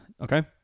Okay